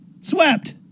Swept